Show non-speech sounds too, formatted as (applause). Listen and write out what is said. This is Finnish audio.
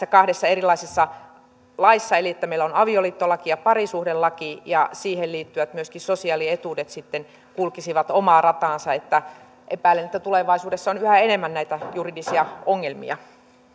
(unintelligible) kahdessa erilaisessa laissa eli että meillä on avioliittolaki ja parisuhdelaki ja siihen liittyvät sosiaalietuudet sitten kulkisivat myöskin omaa rataansa epäilen että tulevaisuudessa on yhä enemmän näitä juridisia ongelmia